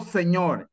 Senhor